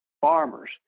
farmers